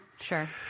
Sure